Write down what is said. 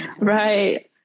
Right